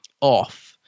off